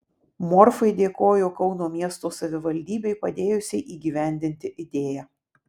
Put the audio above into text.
morfai dėkojo kauno miesto savivaldybei padėjusiai įgyvendinti idėją